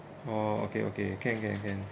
oh okay okay can can can